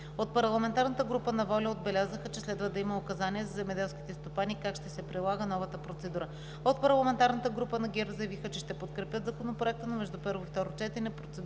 От парламентарната група на „Воля“ отбелязаха, че следва да има указания за земеделските стопани как ще се прилага новата процедура. От парламентарната група на ГЕРБ заявиха, че ще подкрепят Законопроекта, но между първо и второ